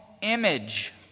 image